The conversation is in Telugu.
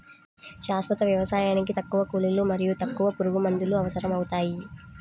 శాశ్వత వ్యవసాయానికి తక్కువ కూలీలు మరియు తక్కువ పురుగుమందులు అవసరమవుతాయి